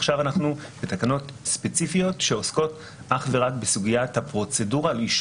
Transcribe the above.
ואנחנו רוצים להודות כרגיל ובאופן מיוחד לגור